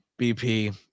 BP